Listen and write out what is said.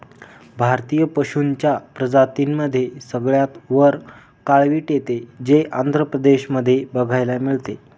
भारतीय पशूंच्या प्रजातींमध्ये सगळ्यात वर काळवीट येते, जे आंध्र प्रदेश मध्ये बघायला मिळते